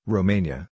Romania